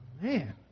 Man